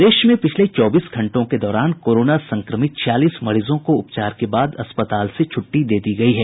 प्रदेश में पिछले चौबीस घंटों के दौरान कोरोना संक्रमित छियालीस मरीजों को उपचार के बाद अस्पताल से छुट्टी दे दी गयी है